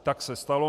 Tak se stalo.